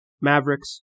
Mavericks